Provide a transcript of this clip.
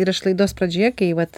ir aš laidos pradžioje kai vat